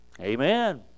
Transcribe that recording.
amen